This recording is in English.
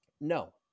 No